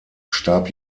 starb